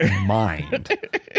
mind